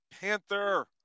Panther